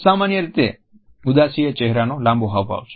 સામાન્ય રીતે ઉદાસી એ ચહેરાનો લાંબો હાવભાવ છે